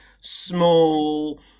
small